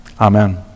Amen